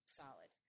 solid